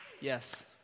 Yes